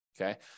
Okay